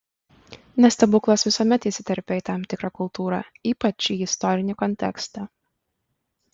nes stebuklas visuomet įsiterpia į tam tikrą kultūrą ypač į istorinį kontekstą